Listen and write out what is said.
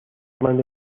manda